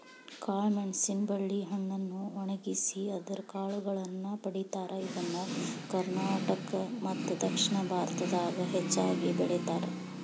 ಕಾಳಮೆಣಸಿನ ಬಳ್ಳಿಯ ಹಣ್ಣನ್ನು ಒಣಗಿಸಿ ಅದರ ಕಾಳುಗಳನ್ನ ಪಡೇತಾರ, ಇದನ್ನ ಕರ್ನಾಟಕ ಮತ್ತದಕ್ಷಿಣ ಭಾರತದಾಗ ಹೆಚ್ಚಾಗಿ ಬೆಳೇತಾರ